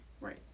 Right